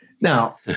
now